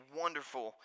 wonderful